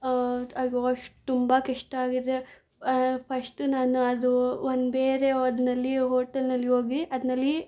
ಅಗ್ ಅಷ್ ತುಂಬ ಕಷ್ಟ ಆಗಿದೆ ಫಸ್ಟ ನಾನು ಅದು ಒಂದು ಬೇರೆ ಹೋದ್ನಲ್ಲಿ ಹೋಟೆಲ್ನಲ್ಲಿ ಹೋಗಿ ಅದ್ನಲ್ಲಿ